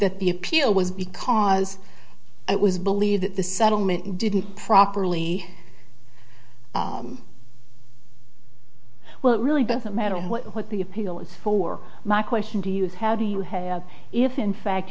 that the appeal was because it was believed that the settlement didn't properly well it really doesn't matter what the appeal is for my question to you is how do you have if in fact